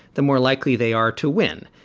the more likely they are to win.